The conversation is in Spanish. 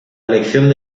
elección